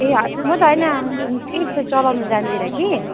ए हजुर म त होइन ठिकसे चलाउनु जान्दिनँ कि